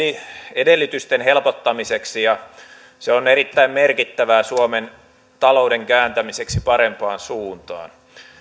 edellytysten helpottamiseksi ja se on erittäin merkittävää suomen talouden kääntämiseksi parempaan suuntaan